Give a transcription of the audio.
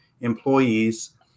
employees